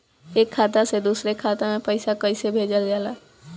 एक खाता से दुसरे खाता मे पैसा कैसे भेजल जाला?